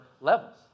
levels